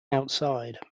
outside